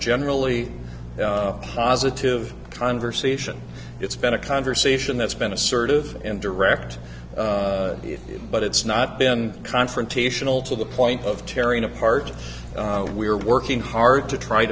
generally positive conversation it's been a conversation that's been assertive and direct but it's not been confrontational to the point of tearing apart we are working hard to try